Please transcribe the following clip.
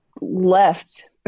left